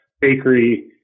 bakery